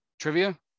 trivia